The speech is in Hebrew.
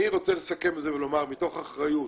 אני רוצה לסכם את זה ולומר מתוך אחריות,